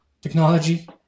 Technology